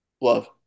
Love